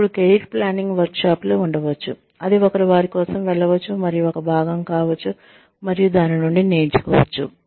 ఇప్పుడు career planning వర్క్షాప్లు ఉండవచ్చు అది ఒకరు వారి కోసం వెళ్ళవచ్చు మరియు ఒక భాగం కావచ్చు మరియు దాని నుండి నేర్చుకోవచ్చు